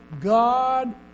God